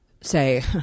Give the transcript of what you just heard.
say